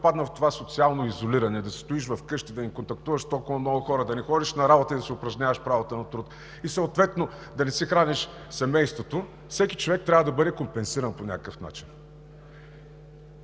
попаднал в това социално изолиране – да си стоиш вкъщи, да не контактуваш с толкова много хора, да не ходиш на работа и да си упражняваш правото на труд и съответно да не си храниш семейството, всеки човек трябва да бъде компенсиран по някакъв начин.